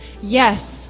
Yes